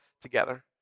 together